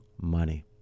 money